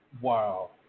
Wow